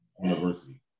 university